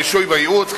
הרישוי והייעוץ,